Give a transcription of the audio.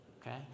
okay